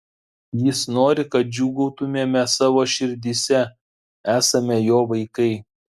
jis nori kad džiūgautumėme savo širdyse esame jo vaikai